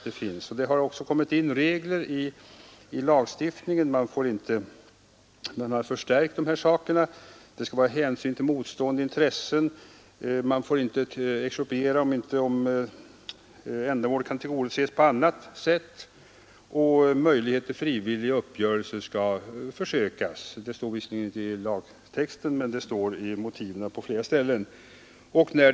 Det har också tagits in regler i lagstiftningen som inne en förstärkning av rättssäkerheten: hänsyn skall tas till motstående intressen, man får vidare inte expropriera om ändamålet kan tillgodoses på annat sätt, och möjlighet till frivillig uppgörelse skall prövas — det senare står visserligen inte i själva lagtexten, men det står på flera ställen i motiven.